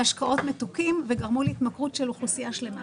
לכל הפחות כמו כל האנשים שיושבים כאן,